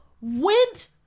went